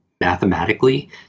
mathematically